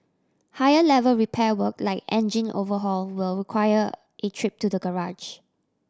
higher level repair work like engine overhaul will require a trip to the garage